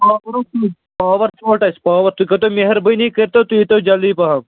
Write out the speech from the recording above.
power حظ چھُس power ژھوٚٹ اَسہِ پاوَر تُہۍ کٔرۍتو مہربٲنی کٔرۍتو تُہۍ ییٖتو جلدی پہم